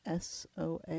SOA